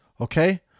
Okay